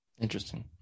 Interesting